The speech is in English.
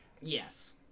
Yes